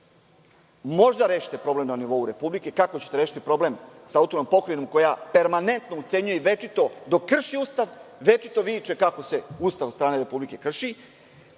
Možda rešite problem na nivou republike. Kako ćete rešiti problem sa AP koja permanentno ucenjuje i večito dok krši Ustav večito viče kako se Ustav od strane republike krši,